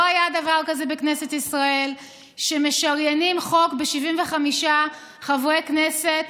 לא היה דבר כזה בכנסת ישראל שמשריינים חוק ב-75 חברי כנסת